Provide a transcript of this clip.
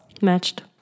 Matched